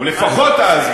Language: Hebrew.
או לפחות אז,